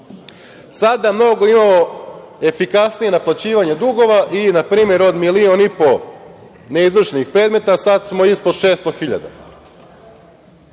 sada imamo mnogo efikasnije naplaćivanje dugova. Na primer od milion i po neizvršenih predmeta sada smo ispod 600.000.